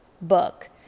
book